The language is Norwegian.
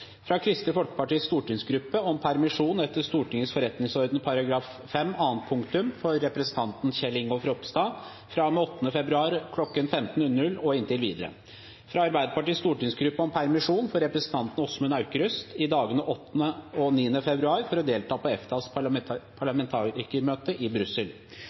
fra Kristelig Folkepartis stortingsgruppe om permisjon etter Stortingets forretningsorden § 5 annet punktum for representanten Kjell Ingolf Ropstad fra og med 8. februar kl. 15 og inntil videre fra Arbeiderpartiets stortingsgruppe om permisjon for representanten Åsmund Aukrust i dagene 8. og 9. februar for å delta på EFTAs parlamentarikermøte i Brussel